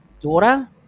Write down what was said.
daughter